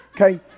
okay